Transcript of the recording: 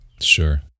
Sure